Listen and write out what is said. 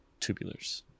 tubulars